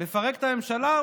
לפרק את הממשלה?